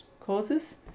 causes